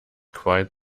quite